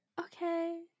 okay